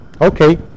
Okay